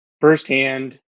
firsthand